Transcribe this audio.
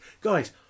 guys